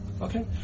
Okay